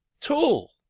tool